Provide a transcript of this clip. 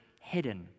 hidden